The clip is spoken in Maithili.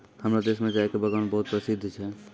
हमरो देश मॅ चाय के बागान बहुत प्रसिद्ध छै